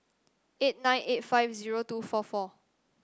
eight nine eight five zero two four four